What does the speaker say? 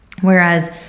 Whereas